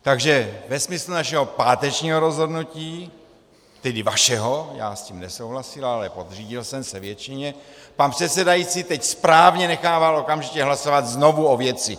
Takže ve smyslu našeho pátečního rozhodnutí tedy vašeho, já s tím nesouhlasil, ale podřídil jsem se většině pan předsedající teď správně nechává okamžitě hlasovat znovu o věci.